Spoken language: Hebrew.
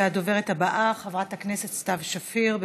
הדוברת הבאה, חברת הכנסת סתיו שפיר.